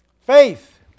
Faith